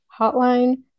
hotline